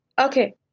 Okay